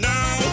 Now